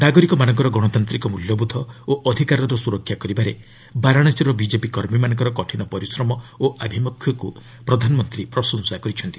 ନାଗରିକମାନଙ୍କର ଗଣତାନ୍ତ୍ରିକ ମୃଲ୍ୟବୋଧ ଓ ଅଧିକାରର ସୁରକ୍ଷା କରିବାରେ ବାରାଣାସୀର ବିଜେପି କର୍ମୀମାନଙ୍କର କଠିନ ପରିଶ୍ରମ ଓ ଆଭିମୁଖ୍ୟକୁ ପ୍ରଧାନମନ୍ତ୍ରୀ ପ୍ରଶଂସା କରିଛନ୍ତି